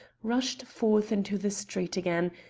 rushed forth into the street again,